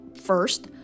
first